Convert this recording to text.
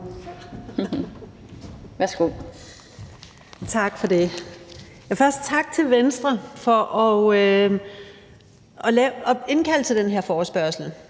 Tak for det. Først tak til Venstre for at indkalde til den her forespørgsel,